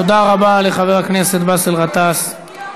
תודה רבה לחבר הכנסת באסל גטאס.